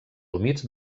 humits